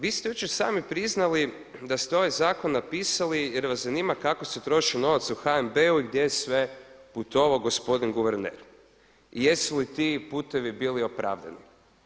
Vi ste jučer sami priznali da ste ovaj zakon napisali jer vas zanima kako se trošio novac u HNB-u i gdje je sve putovao gospodin guverner i jesu li ti putevi bili opravdani.